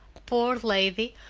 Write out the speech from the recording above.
poor lady,